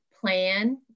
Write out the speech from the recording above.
plan